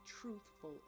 truthful